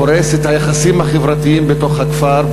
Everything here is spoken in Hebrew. הורס את היחסים החברתיים בתוך הכפר,